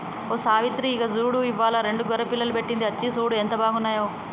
ఓ సావిత్రి ఇగో చూడు ఇవ్వాలా రెండు గొర్రె పిల్లలు పెట్టింది అచ్చి సూడు ఎంత బాగున్నాయో